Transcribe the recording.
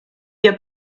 wir